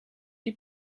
die